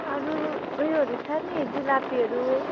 अरू उयोहरू छ नि जुलापीहरू